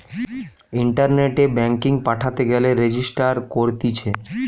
ইন্টারনেটে ব্যাঙ্কিং পাঠাতে গেলে রেজিস্টার করতিছে